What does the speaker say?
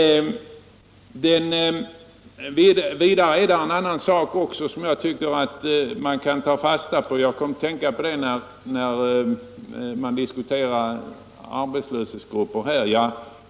Vidare är det en annan sak som jag tycker att man kan ta fasta på. Jag kom att tänka på det när man här talade om vissa arbetslösa grupper.